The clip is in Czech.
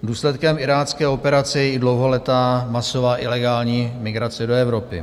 Důsledkem irácké operace je i dlouholetá masová ilegální migrace do Evropy.